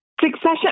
Succession